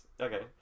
Okay